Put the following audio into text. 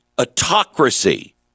autocracy